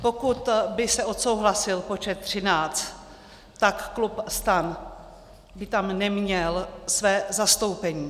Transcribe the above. Pokud by se odsouhlasil počet 13, tak klub STAN by tam neměl své zastoupení.